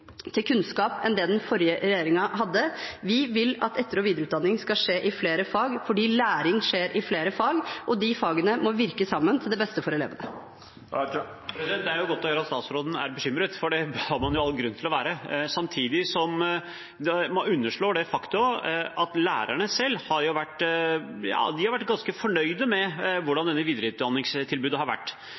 til kunnskap enn det den forrige regjeringen hadde. Vi vil at videre- og etterutdanning skal skje i flere fag, fordi læring skjer i flere fag, og de fagene må virke sammen til beste for elevene. Det er godt å høre at statsråden er bekymret, for det har man all grunn til å være. Samtidig underslår man det faktum at lærerne selv har vært ganske fornøyd med hvordan dette videreutdanningstilbudet har vært.